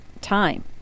time